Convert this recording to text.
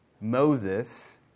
Moses